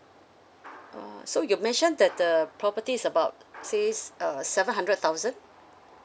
ah so you mentioned that the property is about six uh seven hundred thousand